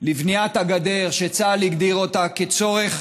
לבניית הגדר, שצה"ל הגדיר אותה כצורך